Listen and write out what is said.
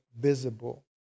visible